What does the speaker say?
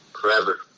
forever